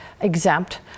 exempt